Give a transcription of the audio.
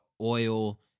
Oil